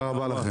רגע רגע